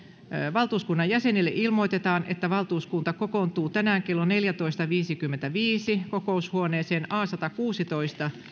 valtuuskunnan jäsenille ilmoitetaan että valtuuskunta kokoontuu tänään kello neljätoista viiteenkymmeneenviiteen kokoushuoneeseen a satakuusitoista